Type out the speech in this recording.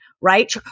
right